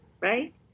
right